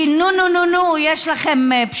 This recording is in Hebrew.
כי נו, נו, נו, נו, יש לכם פשיעה?